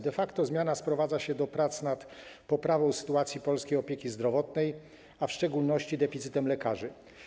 De facto zmiana sprowadza się do prac nad poprawą sytuacji polskiej opieki zdrowotnej, a w szczególności do problemu deficytu lekarzy.